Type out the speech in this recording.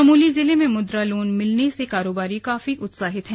चमोली जिले में मुद्रा लोन मिलने से कारोबारी काफी उत्साहित हैं